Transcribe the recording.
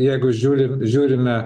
jeigu žiūrim žiūrime